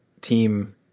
team